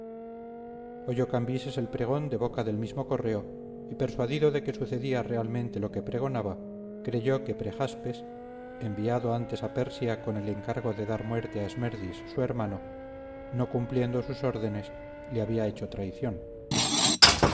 oyó cambises el pregón de boca del mismo correo y persuadido de que sucedía realmente lo que pregonaba creyó que prejaspes enviado antes a persia con el encargo de dar muerte a esmerdis su hermano no cumpliendo sus órdenes le había hecho traición